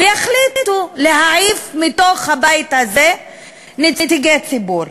ויחליטו להעיף מתוך הבית הזה נציגי ציבור.